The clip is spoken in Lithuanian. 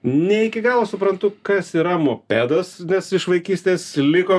ne iki galo suprantu kas yra mopedas nes iš vaikystės liko